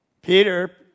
Peter